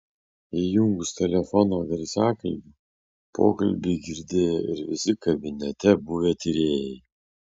įjungus telefono garsiakalbį pokalbį girdėjo ir visi kabinete buvę tyrėjai